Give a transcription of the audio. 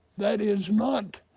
that is not